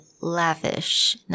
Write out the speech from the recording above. lavish